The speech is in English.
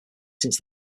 since